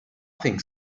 think